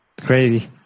crazy